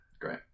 great